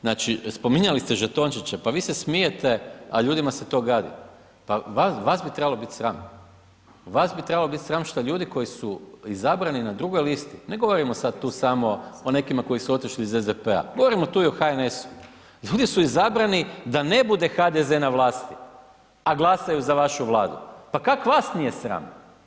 Znači, spominjali ste žetončiće, pa vi se smijete, a ljudima se to gadi, pa vas bi trebalo bit sram, vas bi trebalo bit sram šta ljudi koji su izabrani na drugoj listi, ne govorimo sad tu samo o nekima koji su otišli iz SDP-a, govorimo tu i o HNS-u, ljudi su izabrani da ne bude HDZ na vlasti, a glasaju za vašu Vladu, pa kak vas nije sram?